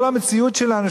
כל המציאות שלנו,